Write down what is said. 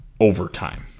overtime